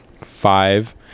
five